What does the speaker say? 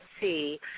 see